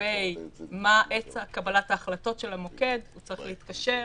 לגבי מה קבלת ההחלטות של המוקד הוא צריך להתקשר,